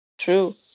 True